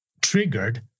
triggered